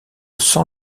sans